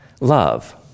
Love